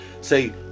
Say